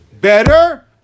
Better